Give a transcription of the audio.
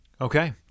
Okay